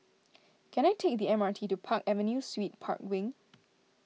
can I take the M R T to Park Avenue Suites Park Wing